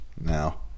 now